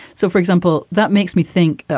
so for example, that makes me think,